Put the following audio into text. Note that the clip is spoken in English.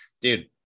dude